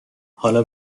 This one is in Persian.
حالا